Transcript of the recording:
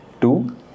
Two